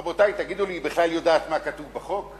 רבותי, תגידו לי, היא בכלל יודעת מה כתוב בחוק?